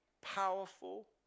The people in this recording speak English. powerful